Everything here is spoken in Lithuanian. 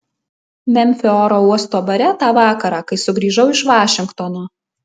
memfio oro uosto bare tą vakarą kai sugrįžau iš vašingtono